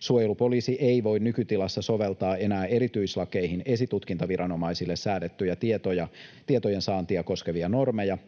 Suojelupoliisi ei voi nykytilassa soveltaa enää erityislakeihin esitutkintaviranomaisille säädettyjä tietojensaantia koskevia normeja,